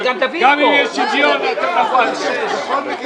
--- גם אם יש שוויון אתם נפלתם.